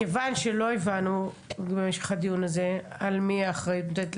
מכיוון שלא הבנו במשך הדיון הזה על מי האחריות,